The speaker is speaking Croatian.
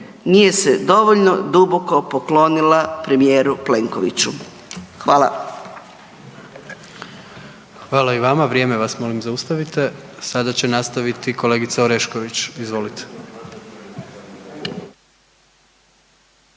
nije se dovoljno duboko poklonila premijeru Plenkoviću. Hvala. **Jandroković, Gordan (HDZ)** Hvala i vama. Vrijeme vas molim zaustavite. Sada će nastaviti kolegica Orešković, izvolite.